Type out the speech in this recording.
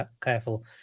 careful